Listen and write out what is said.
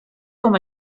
com